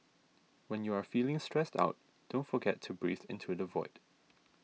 when you are feeling stressed out don't forget to breathe into the void